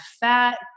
fat